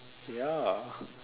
ya